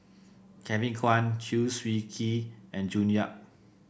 Kevin Kwan Chew Swee Kee and June Yap